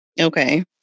Okay